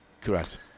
Correct